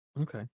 Okay